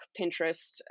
Pinterest